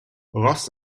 ross